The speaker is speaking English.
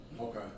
Okay